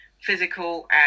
physical